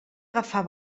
agafar